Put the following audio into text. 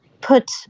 put